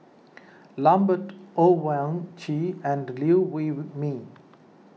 Lambert Owyang Chi and Liew Wee Mee